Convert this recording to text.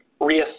reassess